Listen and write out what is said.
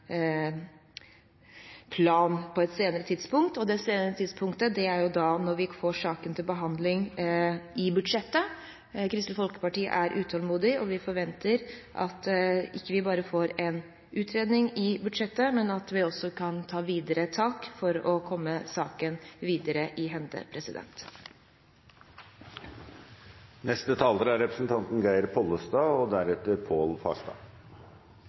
på et senere tidspunkt. Det tidspunktet er når vi får saken til behandling i budsjettet. Kristelig Folkeparti er utålmodig, og vi forventer at vi ikke bare får en utredning i budsjettet, men at vi også kan ta tak videre for å få saken i hende. Da regjeringen i tilleggsproposisjonen i statsbudsjettet for 2014 fjernet forslaget fra den forrige regjeringen og